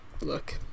look